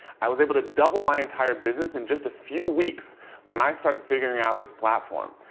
i was able to double my entire business in just a few weeks when i started figuring out this platform.